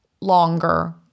longer